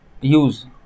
use